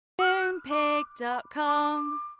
Moonpig.com